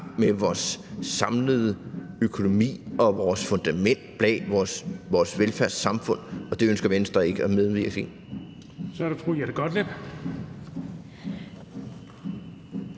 med vores samlede økonomi og fundamentet under vores velfærdssamfund, og det ønsker Venstre ikke at medvirke til.